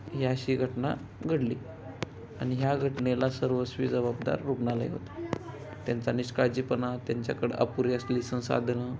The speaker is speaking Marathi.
ही अशी घटना घडली आणि ह्या घटनेला सर्वस्वी जबाबदार रुग्णालय होतो त्यांचा निष्काळजीपणा त्यांच्याकडं अपुरी असलेली संसाधनं